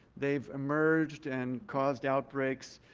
they've emerged and caused outbreaks,